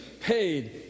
paid